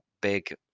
big